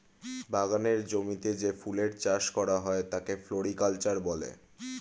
বাগানের জমিতে যে ফুলের চাষ করা হয় তাকে ফ্লোরিকালচার বলে